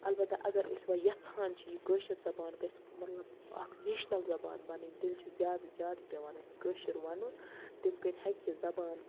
اَلبَتہ اگر أسۍ وۄنۍ یَژھان چھِ یہِ کٲشِر زَبان گَژھِ مَطلَب اکھ نیشنَل زَبان بَنٕنۍ تیٚلہِ چھُ زیادٕ زیادٕ پیٚوان اَسہِ کٲشُر وَنُن تمہِ کن ہیٚکہِ یہِ زَبان